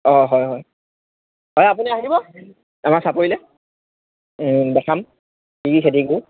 অঁ হয় হয় হয় আপুনি আহিব আমাৰ চাপৰিলে দেখাুৱাম কি খেতিবোৰ